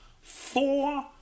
four